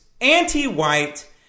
anti-white